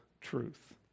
truth